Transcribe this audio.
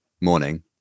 morning